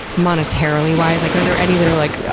monetarily wise? like are there any that are, like, yeah